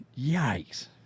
yikes